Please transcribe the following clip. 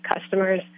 customers